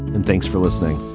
and thanks for listening